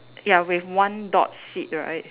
ya with one dot seed right